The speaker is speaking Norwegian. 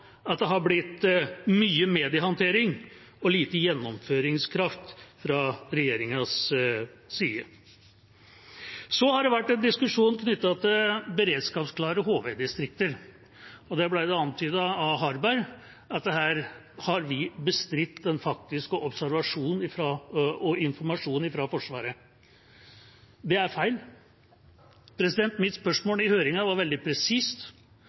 at det har blitt mye mediehåndtering og lite gjennomføringskraft fra regjeringas side. Så har det vært en diskusjon knyttet til beredskapsklare HV-distrikter. Der ble det antydet av representanten Harberg at vi har bestridt den faktiske observasjonen og informasjonen fra Forsvaret. Det er feil. Mitt spørsmål i høringen var veldig presist.